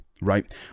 right